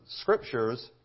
Scriptures